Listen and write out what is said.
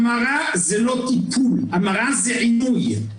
המרה זה לא טיפול, זה עינוי.